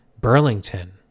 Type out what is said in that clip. Burlington